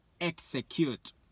execute